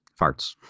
farts